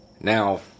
Now